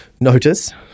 notice